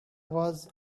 was